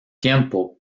tiempo